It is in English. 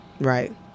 Right